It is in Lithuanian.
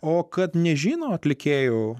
o kad nežino atlikėjo